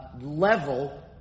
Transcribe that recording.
level